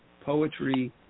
poetry